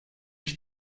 iki